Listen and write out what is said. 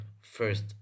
first